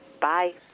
Bye